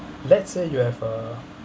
let's say you have a